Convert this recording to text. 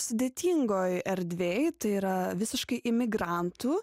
sudėtingoj erdvėj tai yra visiškai imigrantų